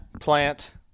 plant